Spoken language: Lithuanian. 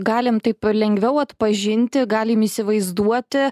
galim taip lengviau atpažinti galim įsivaizduoti